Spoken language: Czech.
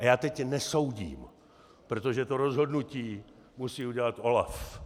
Já teď nesoudím, protože to rozhodnutí musí udělat OLAF.